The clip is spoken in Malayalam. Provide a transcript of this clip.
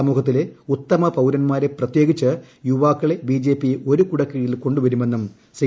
സമൂഹത്തിലെ ഉത്തമ പൌരന്മാരെ പ്രത്യേകിച്ച് യുവാക്കളെ ബിജെപി ഒരു കുടക്കീഴിൽ കൊണ്ടുവരുമെന്നും ശ്രീ